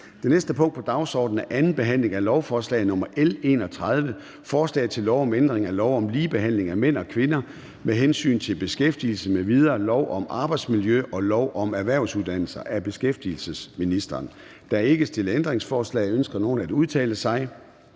Det næste punkt på dagsordenen er: 17) 2. behandling af lovforslag nr. L 31: Forslag til lov om ændring af lov om ligebehandling af mænd og kvinder med hensyn til beskæftigelse m.v., lov om arbejdsmiljø og lov om erhvervsuddannelser. (Udmøntning af »Trepartsaftale om initiativer til at modgå